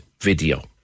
video